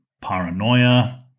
paranoia